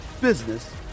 business